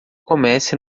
comece